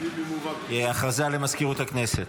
הודעה למזכירות הכנסת.